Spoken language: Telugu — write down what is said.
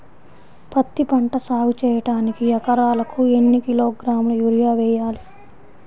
పత్తిపంట సాగు చేయడానికి ఎకరాలకు ఎన్ని కిలోగ్రాముల యూరియా వేయాలి?